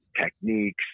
techniques